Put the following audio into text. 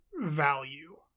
value